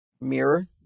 Mirror